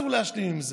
אסור לנו להשלים עם זה?